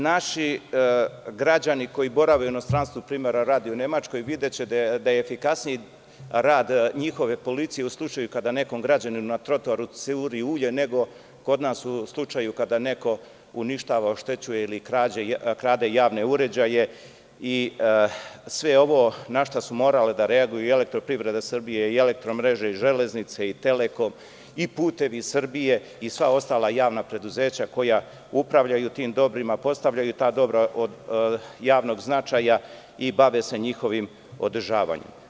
Naši građani koji borave u inostranstvu, primera radi u Nemačkoj, videće da je efikasniji rad njihove policije u slučaju kada nekom građaninu na trotoaru se uvodi ulje, nego kod nas u slučaju kada neko uništava, oštećuje ili krade javne uređaje i sve ovo na šta su morale da reaguju i EPS, „Elektromreže“, „Železnice“, „Telekom“, „Putevi Srbije“ i sva ostala javna preduzeća koja upravljaju tim dobrima, postavljaju ta dobra od javnog značajai bave se njihovim održavanjem.